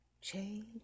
change